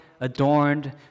adorned